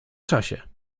czasie